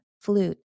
flute